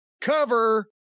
cover